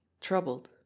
troubled